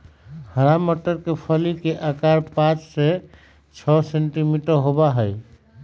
हरा मटर के फली के आकार पाँच से छे सेंटीमीटर होबा हई